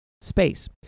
space